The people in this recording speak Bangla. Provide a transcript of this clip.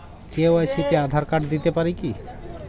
কে.ওয়াই.সি তে আধার কার্ড দিতে পারি কি?